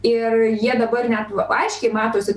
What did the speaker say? ir jie dabar net aiškiai matosi